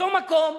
אותו מקום,